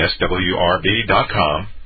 swrb.com